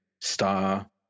Star